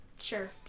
Sure